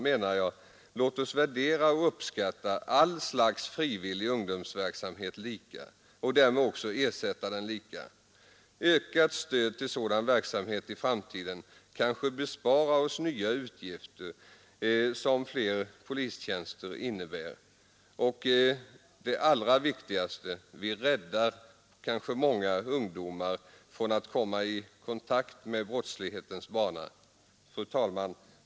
Låt oss därför värdera och uppskatta alla slag av frivillig ungdomsverksamhet lika och därmed också ersätta den lika. Ökat stöd till sådan verksamhet i framtiden kanske besparar oss nya utgifter som fler polistjänster innebär och, allra viktigast, vi räddar många ungdomar från att komma in på brottets bana. Fru talman!